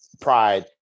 pride